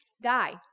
die